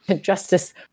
Justice